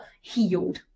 healed